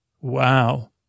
Wow